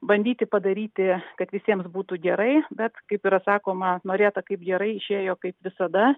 bandyti padaryti kad visiems būtų gerai bet yra sakoma norėta kaip gerai išėjo kaip visada